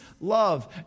love